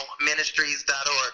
ministries.org